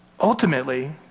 ultimately